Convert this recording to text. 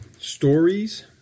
Stories